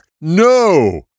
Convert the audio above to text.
no